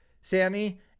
Sammy